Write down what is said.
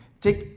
Take